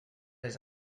les